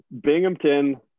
Binghamton